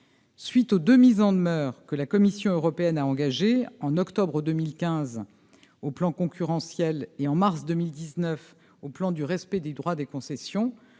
suite des deux mises en demeure formulées par la Commission européenne, en octobre 2015 au plan concurrentiel et en mars 2019 quant au respect des droits des concessions,